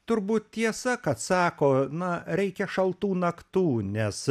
turbūt tiesa kad sako na reikia šaltų naktų nes